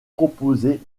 proposées